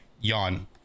yawn